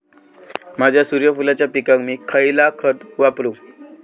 माझ्या सूर्यफुलाच्या पिकाक मी खयला खत वापरू?